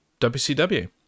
WCW